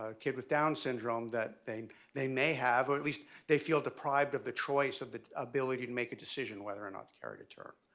ah kid with down syndrome that they they may have or at least they feel deprived of the choice of the ability to make a decision whether or not to carry to term?